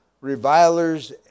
Revilers